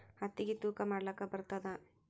ಹತ್ತಿಗಿ ತೂಕಾ ಮಾಡಲಾಕ ಬರತ್ತಾದಾ?